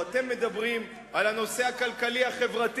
או אתם מדברים על הנושא הכלכלי-החברתי,